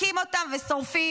מכות אותם ושורפות.